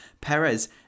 Perez